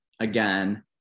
again